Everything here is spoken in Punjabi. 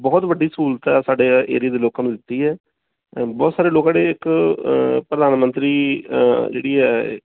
ਬਹੁਤ ਵੱਡੀ ਸਹੂਲਤ ਆ ਸਾਡੇ ਏਰੀਏ ਦੇ ਲੋਕਾਂ ਨੂੰ ਦਿੱਤੀ ਹੈ ਬਹੁਤ ਸਾਰੇ ਲੋਕ ਜਿਹੜੇ ਇੱਕ ਪ੍ਰਧਾਨ ਮੰਤਰੀ ਜਿਹੜੀ ਹੈ